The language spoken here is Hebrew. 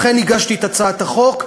לכן הגשתי את הצעת החוק,